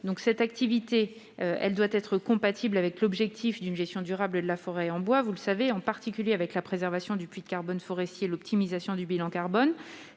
Leur activité doit en effet être compatible avec l'objectif d'une gestion durable de la ressource en bois, en particulier avec la préservation du puits de carbone forestier et l'optimisation du bilan carbone